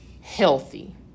healthy